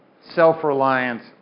self-reliance